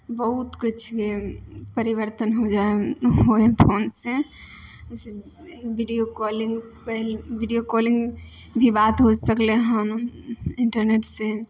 बहुत किछुके परिवर्तन हो जा हइ होइ हइ फोनसँ वीडियो कॉलिंग पहिले वीडियो कालिंग भी बात हो सकलै हन इन्टरनेटसँ